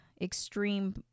extreme